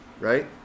Right